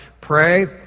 pray